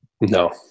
no